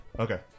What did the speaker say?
Okay